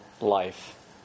life